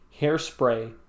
Hairspray